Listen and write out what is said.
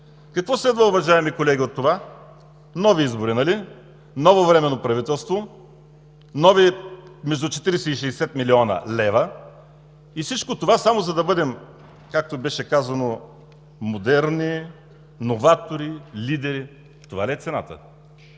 какво следва, уважаеми колеги? Нови избори, нали? Ново временно правителство, нови между 40 и 60 млн. лв. И всичко това само, за да бъдем – както беше казано, модерни, новатори, лидери. Това ли е цената?